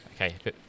Okay